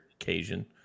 occasion